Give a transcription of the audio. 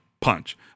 punch